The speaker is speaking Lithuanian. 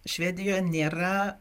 švedijoj nėra